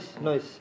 nice